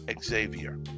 Xavier